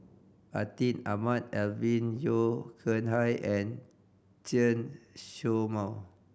Atin Amat Alvin Yeo Khirn Hai and Chen Show Mao